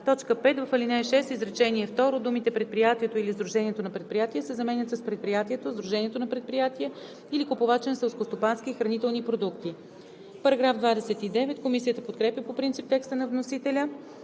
3“. 5. В ал. 6, изречение второ думите „предприятието или сдружението на предприятия“ се заменят с „предприятието, сдружението на предприятия или купувача на селскостопански и хранителни продукти“.“ Комисията подкрепя по принцип текста на вносителя